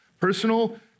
Personal